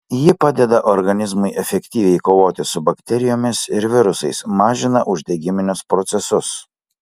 ji padeda organizmui efektyviai kovoti su bakterijomis ir virusais mažina uždegiminius procesus